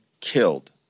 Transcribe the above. killed